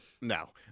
No